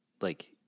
like-